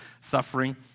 suffering